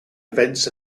events